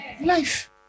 life